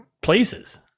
places